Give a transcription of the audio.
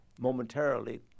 momentarily